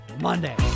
Monday